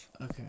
Okay